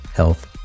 health